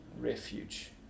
refuge